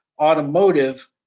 automotive